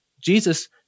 Jesus